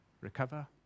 recover